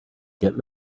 get